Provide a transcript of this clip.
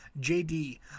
JD